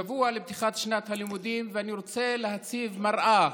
שבוע לפתיחת שנת הלימודים, ואני רוצה להציב מראה